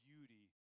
beauty